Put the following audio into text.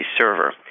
server